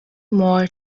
more